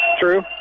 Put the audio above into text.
true